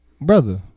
Brother